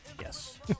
Yes